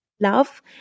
love